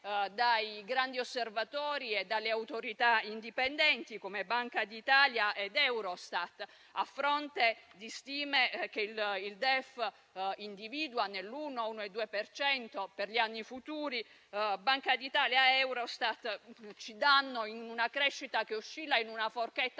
dai grandi osservatori e dalle autorità indipendenti, come Banca d'Italia ed Eurostat. A fronte di stime che il DEF individua tra l'1 e l'1,2 per cento per gli anni futuri, Banca d'Italia ed Eurostat prevedono una crescita che oscilla in una forchetta